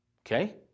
okay